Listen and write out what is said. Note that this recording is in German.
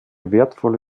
wertvolle